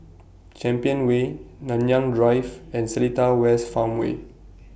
Champion Way Nanyang Drive and Seletar West Farmway